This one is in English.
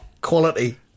quality